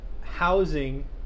housing